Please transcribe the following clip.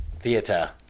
Theater